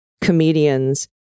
comedian's